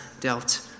dealt